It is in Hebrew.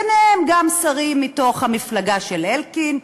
וביניהם גם שרים מהמפלגה של אלקין,